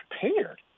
prepared